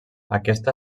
aquesta